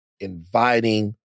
inviting